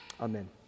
Amen